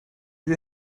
you